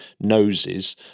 noses